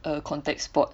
a contact sport